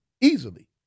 easily